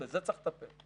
בזה צריך לטפל.